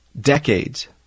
decades